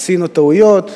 עשינו טעויות,